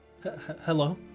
Hello